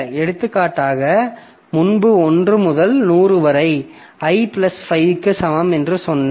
எடுத்துக்காட்டாக முன்பு 1 முதல் 100 வரை i பிளஸ் 5 க்கு சமம் என்று சொன்னேன்